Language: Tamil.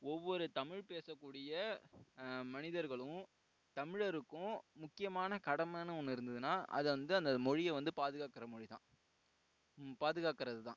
ஒவ்வொரு தமிழ் பேசக்கூடிய மனிதர்களும் தமிழருக்கும் முக்கியமான கடமைன்னு ஒன்று இருந்ததுன்னா அது வந்து அந்த மொழியை வந்து பாதுகாக்கிற மொழி தான் பாதுகாக்கிறது தான்